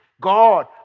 God